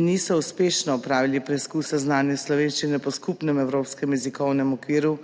in niso uspešno opravili preizkusa znanja slovenščine po Skupnem evropskem jezikovnem okviru